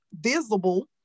visible